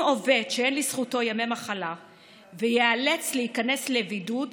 אם עובד שאין לזכותו ימי מחלה ייאלץ להיכנס לבידוד,